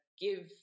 give